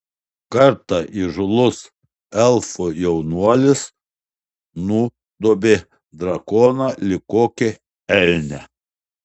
kartą įžūlus elfų jaunuolis nudobė drakoną lyg kokį elnią